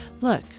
Look